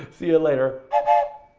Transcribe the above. see you later! but